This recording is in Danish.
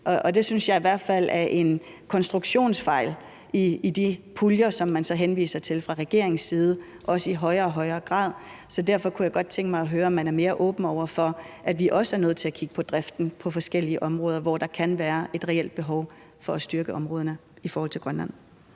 det synes jeg i hvert fald er en konstruktionsfejl i de puljer, som man så henviser til fra regeringens side, også i højere og højere grad. Så derfor kunne jeg godt tænke mig at høre, om man er mere åben over for, at vi også er nødt til at kigge på driften på forskellige områder, hvor der kan være et reelt behov for at styrke områderne i forhold til Grønland.